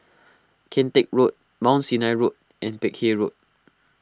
Kian Teck Road Mount Sinai Road and Peck Hay Road